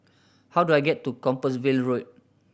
how do I get to Compassvale Road